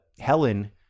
Helen